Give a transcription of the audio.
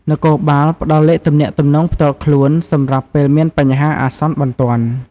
នគរបាលផ្តល់លេខទំនាក់ទំនងផ្ទាល់ខ្លួន សម្រាប់ពេលមានបញ្ហាអាសន្នបន្ទាន់។